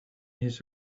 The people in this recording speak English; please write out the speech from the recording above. his